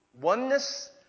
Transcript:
Oneness